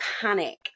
panic